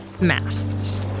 masts